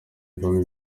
ivamo